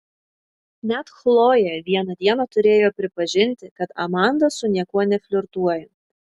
net chlojė vieną dieną turėjo pripažinti kad amanda su niekuo neflirtuoja